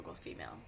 female